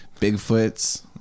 Bigfoots